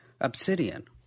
Obsidian